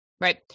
right